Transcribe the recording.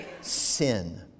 sin